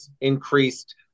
increased